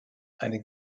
eine